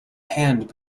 hand